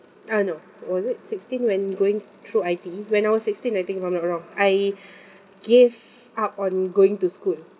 ah no was it sixteen when going through I_T_E when I was sixteen I think if I'm not wrong I gave up on going to school